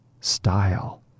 style